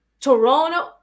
Toronto